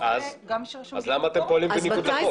אז למה אתם פועלים בניגוד לחוק?